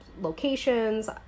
locations